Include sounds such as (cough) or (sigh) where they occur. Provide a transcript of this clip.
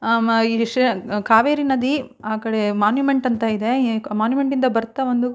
ಮ ಈ ಶ್ರೀರಂಗ ಕಾವೇರಿ ನದಿ ಆ ಕಡೆ ಮೋನ್ಯುಮೆಂಟ್ ಅಂತ ಇದೆ (unintelligible) ಮೋನ್ಯುಮೆಂಟ್ನಿಂದ ಬರ್ತಾ ಒಂದು